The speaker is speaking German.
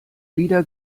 wieder